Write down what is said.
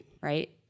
right